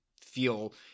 feel –